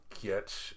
get